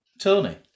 Tony